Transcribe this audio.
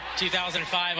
2005